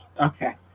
Okay